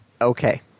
Okay